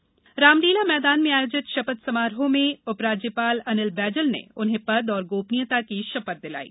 ऐतिहासिक रामलीला मैदान में आयोजित शपथ समारोह में उपराज्यपाल अनिल बैजल ने पद और गोपनीयता की शपथ दिलायी